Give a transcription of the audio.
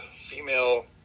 female